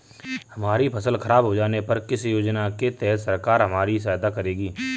हमारी फसल खराब हो जाने पर किस योजना के तहत सरकार हमारी सहायता करेगी?